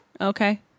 Okay